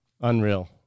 Unreal